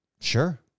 sure